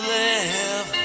live